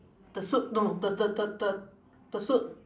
the suit no the the the the the suit